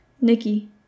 Nikki